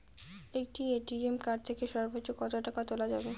একটি ATM card থেকে সর্বোচ্চ কত টাকা তোলা যাবে?